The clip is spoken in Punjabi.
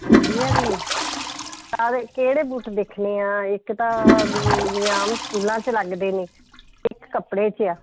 ਗੁਡੀਆ ਦੀ ਕਾ ਕਿਹੜੇ ਬੂਟ ਦੇਖਣੇ ਆ ਇੱਕ ਤਾਂ ਵੀ ਜਿਵੇਂ ਆਮ ਸਕੂਲਾਂ 'ਚ ਲੱਗਦੇ ਨੇ ਇੱਕ ਕੱਪੜੇ 'ਚ ਆ